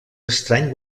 estrany